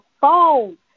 phone